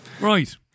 Right